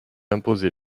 imposé